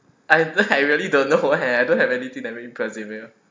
I I really don't know leh I don't have anything that really persevere